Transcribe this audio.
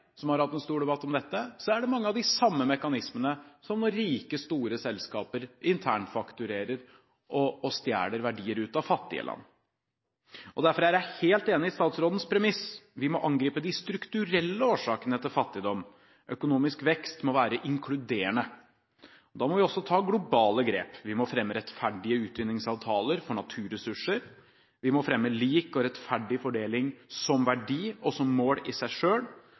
som har hatt en stor debatt om dette, er det mange av de samme mekanismene som når rike, store selskaper internfakturerer og stjeler verdier ut av fattige land. Derfor er jeg helt enig i statsrådens premiss: Vi må angripe de strukturelle årsakene til fattigdom. Økonomisk vekst må være inkluderende. Da må vi også ta globale grep. Vi må fremme rettferdige utvinningsavtaler for naturressurser, vi må fremme lik og rettferdig fordeling som verdi og som mål i seg